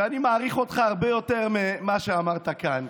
אני מעריך אותך הרבה יותר ממה שאמרת כאן,